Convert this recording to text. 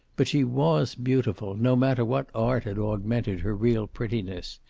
but she was beautiful, no matter what art had augmented her real prettiness.